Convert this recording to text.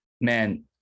man